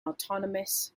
autonomous